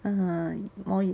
ah more use